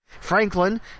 Franklin